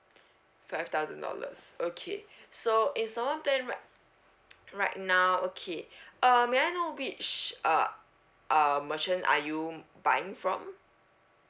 five thousand dollars okay so it's normal ten right right now okay uh may I know which uh uh merchant are you buying from